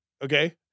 Okay